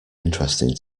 interesting